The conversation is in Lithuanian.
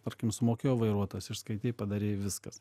tarkim sumokėjo vairuotojas išskaitei padarei viskas